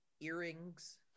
earrings